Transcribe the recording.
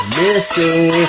missing